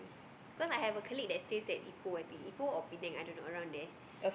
cause I have a colleague that stays at Ipoh I think Ipoh or Penang I don't know around there